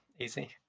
easy